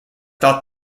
thought